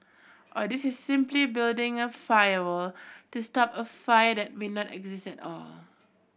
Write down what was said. or this is simply building a firewall to stop a fire that may not exist at all